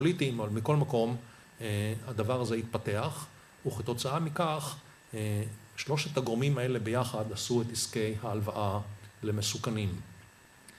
פוליטיים. אבל מכל מקום הדבר הזה התפתח וכתוצאה מכך שלושת הגורמים האלה ביחד עשו את עסקי ההלוואה למסוכנים.